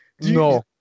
No